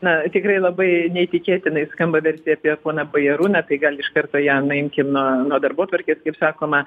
na tikrai labai neįtikėtinai skamba versija apie poną bajarūną tai gal iš karto ją nuimkim nuo darbotvarkės kaip sakoma